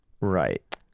Right